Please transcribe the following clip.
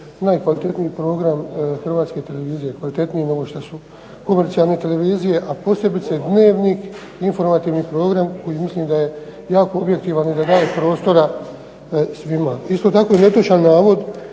najkvalitetniji program HTV-a kvalitetniji nego što su komercijalne televizije, a posebice Dnevnik, informativni program koji mislim da je jako objektivan i da daje prostora svima. Isto tako je netočan navod